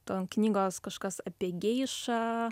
ton knygos kažkas apie geišą